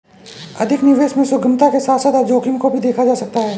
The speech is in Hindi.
अधिक निवेश में सुगमता के साथ साथ जोखिम को भी देखा जा सकता है